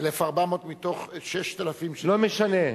1,400 מתוך 6,000. לא משנה.